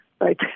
right